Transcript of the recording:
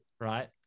right